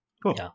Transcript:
Cool